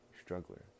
struggler